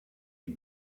die